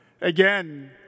Again